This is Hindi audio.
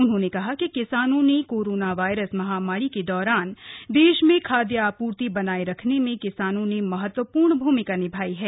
उन्होंने कहा कि किसानों ने कोरोना वायरस महामारी के दौरान देश में खाद्य आप्र्ति बनाये रखने में किसानों ने महत्वपूर्ण भूमिका निभाई है